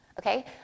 okay